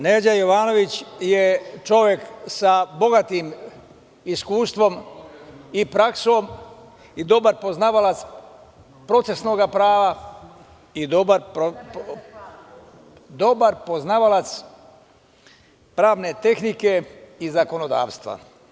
Gospodin Neđo Jovanović je čovek sa bogatim iskustvom i praksom, dobar poznavalac procesnog prava i dobar poznavalac pravne tehnike i zakonodavstva.